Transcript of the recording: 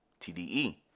TDE